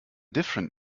different